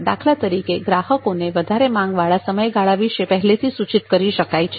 દાખલા તરીકે ગ્રાહકોને વધારે માંગ વાળા સમયગાળા વિશે પહેલેથી સૂચિત કરી શકાય છે